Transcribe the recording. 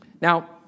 Now